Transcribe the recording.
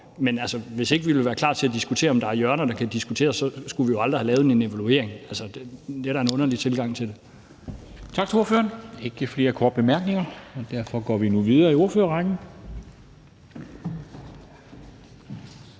Hvis ikke vi ville være klar til at diskutere, om der er hjørner, der kan diskuteres, skulle vi jo aldrig have lavet en evaluering. Det ville da være en underlig tilgang til det. Kl. 14:52 Formanden (Henrik Dam Kristensen): Tak til ordføreren. Der er ikke flere korte bemærkninger, og derfor går vi nu videre i ordførerrækken